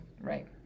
right